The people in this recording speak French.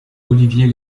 olivier